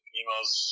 emails